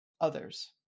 others